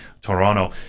Toronto